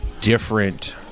different